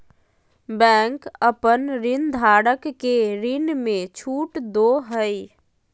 bank अपन ऋणधारक के ऋण में छुट दो हइ